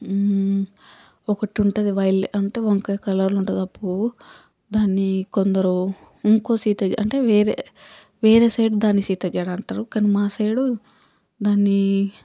ఒకటి ఉంటుంది వై అంటే వంకాయ కలర్లో ఉంటుంది ఆ పువ్వు దాన్ని కొందరు ఇంకో సీత జడ అంటే వేరే వేరే సైడు దాన్ని సీత జడ అంటరు కాని మా సైడు దాన్ని